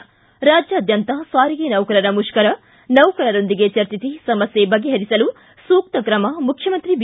ು ರಾಜ್ಯಾದ್ಯಂತ ಸಾರಿಗೆ ನೌಕರರ ಮುಷ್ಕರ ನೌಕರರೊಂದಿಗೆ ಚರ್ಚಿಸಿ ಸಮಸ್ಕೆ ಬಗೆಹರಿಸಲು ಸೂಕ್ತ ಕ್ರಮ ಮುಖ್ಯಮಂತ್ರಿ ಬಿ